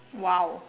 !wow!